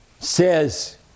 says